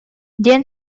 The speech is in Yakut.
диэн